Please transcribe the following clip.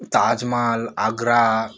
Taj Mahal Agra